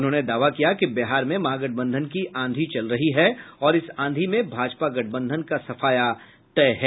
उन्होंने दावा किया कि बिहार में महागठबंधन की आंधी चल रही है और इस आंधी में भाजपा गठबंधन का सफाया तय है